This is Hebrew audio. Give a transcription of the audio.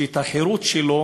שאת החירות שלו